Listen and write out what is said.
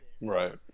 Right